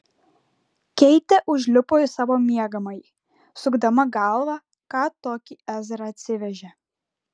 keitė užlipo į savo miegamąjį sukdama galvą ką tokį ezra atsivežė